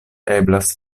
eblas